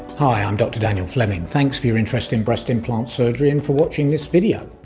hi, i'm dr daniel fleming. thanks for your interest in breast implant surgery and for watching this video.